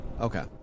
Okay